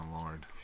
Lord